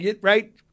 right